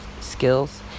skills